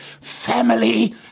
family